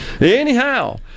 anyhow